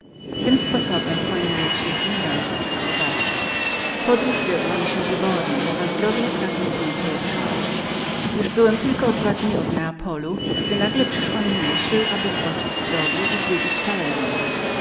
tym sposobem pojmujesz że nie miałem się czego obawiać podróż wiodła mi się wybornie i zdrowie z każdym dniem polepszało już byłem tylko o dwa dni od neapolu gdy nagle przyszła mi myśl aby zboczyć z drogi i zwiedzić salerno